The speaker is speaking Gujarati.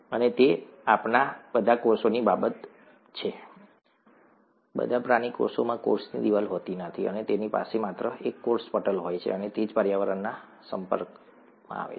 અને તે આપણા બધા કોષોની બાબત છે બધા પ્રાણી કોષોમાં કોષની દિવાલ હોતી નથી તેમની પાસે માત્ર એક કોષ પટલ હોય છે અને તે જ પર્યાવરણના સંપર્કમાં આવે છે